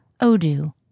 Odoo